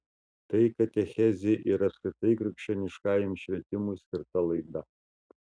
tai katechezei ir apskritai krikščioniškajam švietimui skirta laida